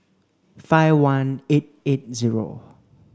five one eight eight zero